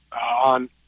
on